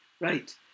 Right